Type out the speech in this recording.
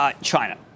China